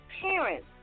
parents